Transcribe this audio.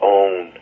own